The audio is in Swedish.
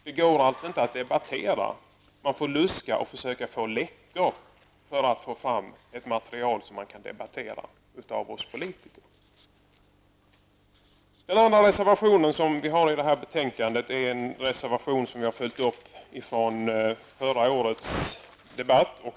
Det går alltså inte att debattera. Man måste luska och försöka hitta läckor för att få fram ett material som kan debatteras av oss politiker. Den andra reservationen som vi har i betänkandet är en reservation som vi har följt upp från förra årets debatt.